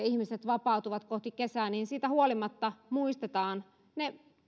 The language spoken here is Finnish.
ihmiset vapautuvat kohti kesää niin siitä huolimatta muistetaan ne